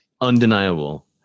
undeniable